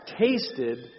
tasted